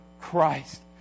Christ